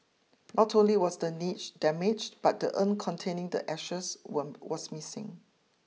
not only was the niche damaged but the urn containing the ashes was missing